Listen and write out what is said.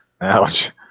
Ouch